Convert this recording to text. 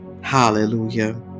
hallelujah